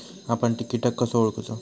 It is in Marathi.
आपन कीटक कसो ओळखूचो?